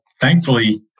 thankfully